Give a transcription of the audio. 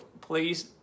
please